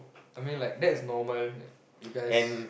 I mean like that is normal because